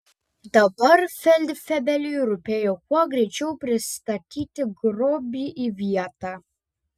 dabar feldfebeliui rūpėjo kuo greičiau pristatyti grobį į vietą